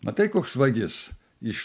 matai koks vagis iš